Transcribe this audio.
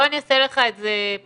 בוא אני אעשה לך את זה פשוט,